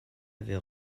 avait